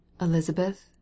elizabeth